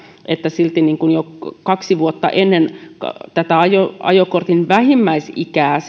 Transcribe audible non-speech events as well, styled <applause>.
että opetus pitää aloittaa jo kaksi vuotta ennen ajokortin vähimmäisikää <unintelligible>